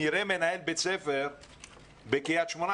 נראה מנהל בית ספר בקריית שמונה,